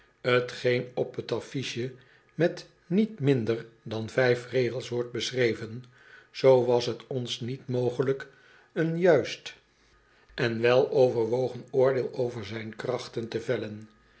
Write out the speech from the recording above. t geen op t affiche met niet minder dan vijf regels wordt beschreven zoo was t ons niet mogelijk een juist en weloverwogen oordeel over zy'n krachten te vellen